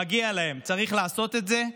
מגיע להם, צריך לעשות את זה.